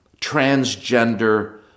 transgender